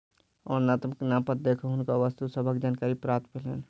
वर्णनात्मक नामपत्र देख हुनका वस्तु सभक जानकारी प्राप्त भेलैन